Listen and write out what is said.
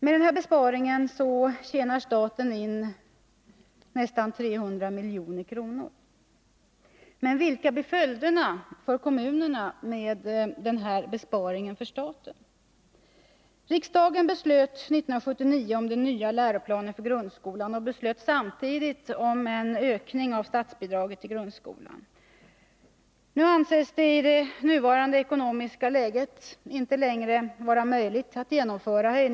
Med denna besparing tjänar staten in Torsdagen den nästan 300 milj.kr. Men vilka blir följderna för kommunerna med denna = 11 december 1980 besparing för staten? Riksdagen beslöt 1979 om den nya läroplanen för grundskolan och beslöt Besparingar i samtidigt om en ökning av statsbidraget till grundskolan. I det nuvarande statsverksamheten, ekonomiska läget anses det inte längre vara möjligt att genomföra mm.m.